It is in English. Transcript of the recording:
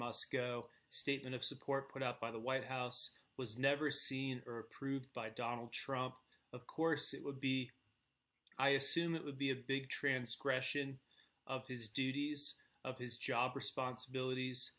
moscow statement of support put out by the white house was never seen or approved by donald trump of course it would be i assume it would be a big transfer ration of his duties of his job responsibilities